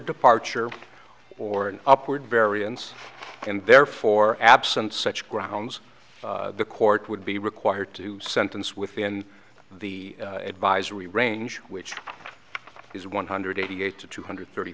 departure or an upward variance and therefore absent such grounds the court would be required to sentence within the advisory range which is one hundred eighty eight to two hundred thirty